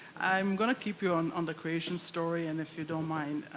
i'm going to keep you on on the creation story, and if you don't mind,